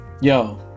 Yo